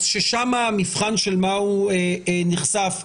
ששם המבחן למה הוא נחשף,